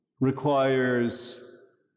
requires